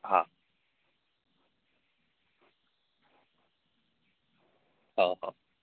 હા હા હા